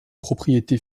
propriétés